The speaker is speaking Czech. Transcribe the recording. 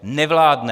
Nevládne.